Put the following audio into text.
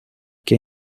que